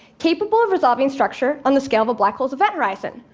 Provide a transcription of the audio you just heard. capable of resolving structure on the scale of a black hole's event horizon.